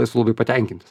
esu labai patenkintas